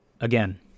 again